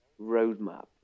roadmap